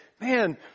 man